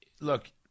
look